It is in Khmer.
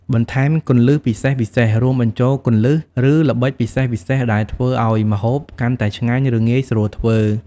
បន្ថែមគន្លឹះពិសេសៗ រួមបញ្ចូលគន្លឹះ ឬល្បិចពិសេសៗដែលធ្វើឱ្យម្ហូបកាន់តែឆ្ងាញ់ ឬងាយស្រួលធ្វើ។